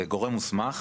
ל"גורם מוסמך",